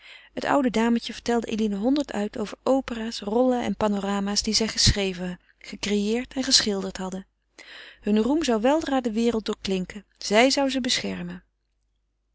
het oude dametje vertelde eline honderd uit over opera's rollen en panorama's die zij geschreven gecreëerd en geschilderd hadden hun roem zou weldra de wereld doorklinken zij zou ze beschermen